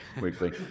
weekly